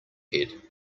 head